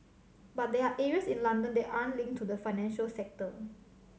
but there are areas in London that aren't linked to the financial sector